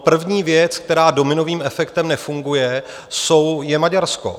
První věc, která dominovým efektem nefunguje, je Maďarsko.